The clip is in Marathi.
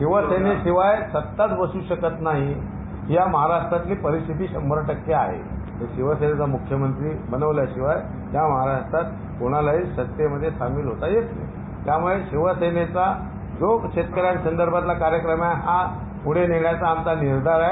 शिवसेने शिवाय सत्ताच बसू शकत नाही या महाराष्ट्रातील परिस्थिती शंभर टक्के आहे शिवसेनेचा मुख्यमंत्री बनवलं शिवाय या महाराष्ट्रात कोणालाही सत्तेत सामील होता येत नाही त्यामुळे शिवसेनेचा जो शेतक यांसदंभात कार्यक्रम आहे पुढे नेण्याचा आमचा निर्धार आहे